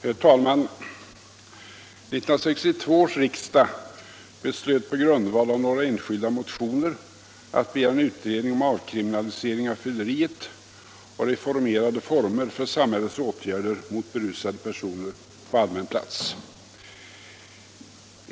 Herr talman! 1962 års riksdag beslöt på grundval av några enskilda motioner att begära en utredning om avkriminalisering av fylleriet och reformerade former för samhällets åtgärder mot berusade personer på allmän plats.